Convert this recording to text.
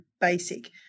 basic